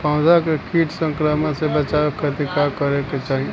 पौधा के कीट संक्रमण से बचावे खातिर का करे के चाहीं?